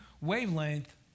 wavelength